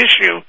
issue